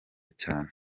cyane